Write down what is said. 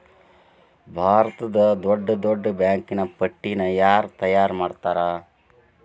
ಭಾರತದ್ದ್ ದೊಡ್ಡ್ ದೊಡ್ಡ್ ಬ್ಯಾಂಕಿನ್ ಪಟ್ಟಿನ ಯಾರ್ ತಯಾರ್ಮಾಡ್ತಾರ?